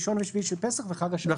ראשון ושביעי של פסח וחג השבועות.